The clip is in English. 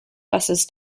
buses